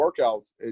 workouts